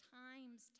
times